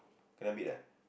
rabbit ah